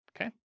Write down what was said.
Okay